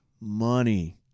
money